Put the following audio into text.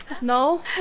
No